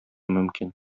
мөмкин